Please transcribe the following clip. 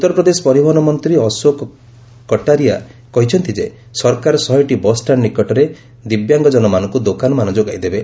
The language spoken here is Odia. ଉତ୍ତରପ୍ରଦେଶ ପରିବହନ ମନ୍ତ୍ରୀ ଅଶୋକ କଟାରୀଆ କହିଛନ୍ତି ସରକାର ଶହେଟି ବସ୍ଷ୍ଟାଣ୍ଡ୍ ନିକଟରେ ଦିବ୍ୟାଙ୍ଗ ଜନମାନଙ୍କୁ ଦୋକାନମାନ ଯୋଗାଇଦେବେ